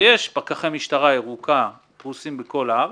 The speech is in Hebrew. ויש פקחי משטרה ירוקה, פרוסים ברחבי הארץ,